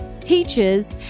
teachers